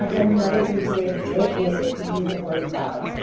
um another easy way to do it is to use a word cloud,